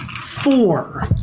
four